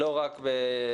לא רק בהתרסה.